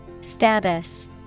Status